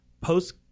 Post